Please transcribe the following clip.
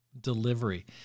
delivery